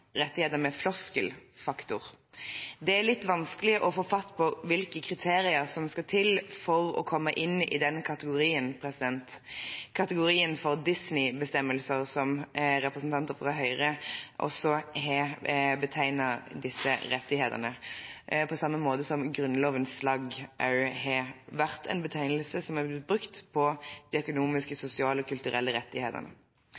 rettigheter med «floskelfaktor». Det er litt vanskelig å få fatt på hvilke kriterier som må oppfylles for å komme inn i denne kategorien – kategorien for «disneybestemmelser» som representanter fra Høyre også har betegnet disse rettighetene som. På samme måte har også Grunnlovens «slagg» vært en betegnelse som er blitt brukt på de økonomiske,